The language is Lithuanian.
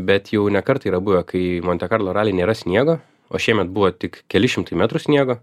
bet jau ne kartą yra buvę kai monte karlo raly nėra sniego o šiemet buvo tik keli šimtai metrų sniego